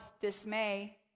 dismay